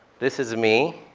this is me.